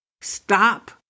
stop